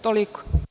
Toliko.